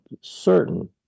certain